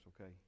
okay